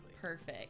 Perfect